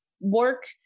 work